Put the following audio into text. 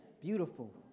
beautiful